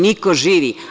Niko živi.